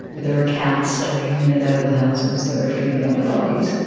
there were cats darting in and out of the houses that were feeding on the bodies.